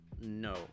no